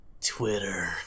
Twitter